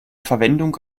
verwendung